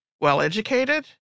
well-educated